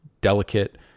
delicate